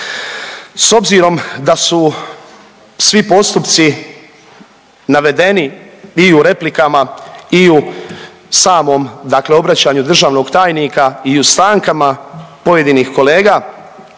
S obzirom da su svi postupci navedeni i u replikama i u samom dakle obraćanju državnog tajnika i u stankama pojedinih kolega